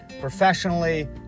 professionally